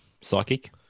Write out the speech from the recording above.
Psychic